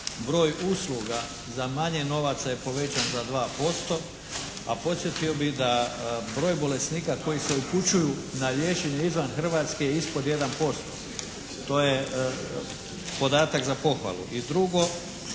Broj usluga za manje novaca je povećan za 2%, a podsjetio bih da broj bolesnika koji se upućuju na liječenje izvan Hrvatske je ispod 1%. To je podatak za pohvalu.